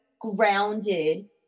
grounded